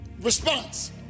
response